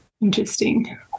Interesting